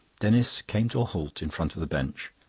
denis came to a halt in front of the bench,